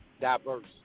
diverse